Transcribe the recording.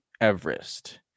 Everest